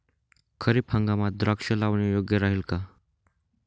खरीप हंगामात द्राक्षे लावणे योग्य राहिल का?